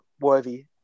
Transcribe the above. worthy